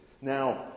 Now